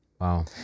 Wow